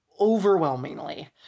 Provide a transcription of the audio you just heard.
Overwhelmingly